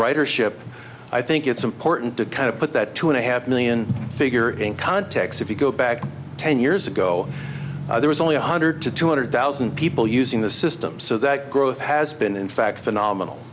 writer ship i think it's important to kind of put that two and a half million figure in context if you go back ten years ago there was only one hundred to two hundred thousand people using the system so that growth has been in fact phenomenal